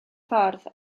ffordd